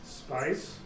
spice